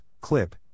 clip